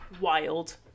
Wild